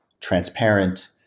transparent